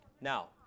Now